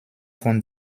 von